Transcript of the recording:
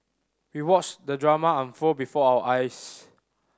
we watched the drama unfold before our eyes